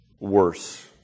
worse